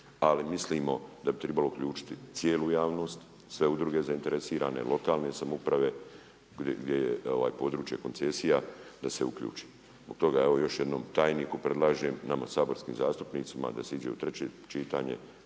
ali mislimo da bi tribalo uključiti i cijelu javnost, sve udruge zainteresirane, lokalne samouprave, gdje je područje koncesije, da se uključi. Zbog toga evo još jednom tajniku predlažem, nama saborskim zastupnicima da se ide u treće čitanje